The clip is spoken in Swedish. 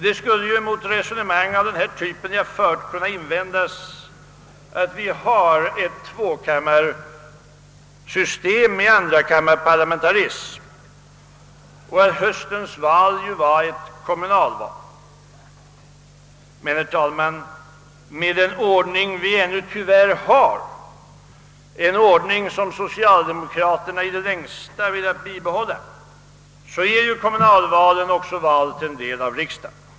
Det skulle mot resonemang av den typ jag fört kunna invändas att vi har ett tvåkammarsystem med andrakammarparlamentarism och att höstens val var ett kommunalval. Men, herr talman, med den ordning vi ännu tyvärr har — en ordning som socialdemokraterna i det längsta velat bibehålla — är kommunalvalen också val till en del av riksdagen.